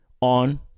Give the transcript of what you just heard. on